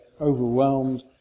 overwhelmed